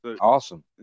Awesome